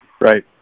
Right